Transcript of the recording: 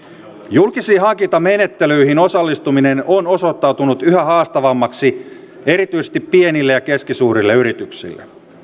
julkisiin hankintamenettelyihin osallistuminen on osoittautunut yhä haastavammaksi erityisesti pienille ja keskisuurille yrityksille